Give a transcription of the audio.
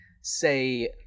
say